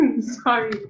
Sorry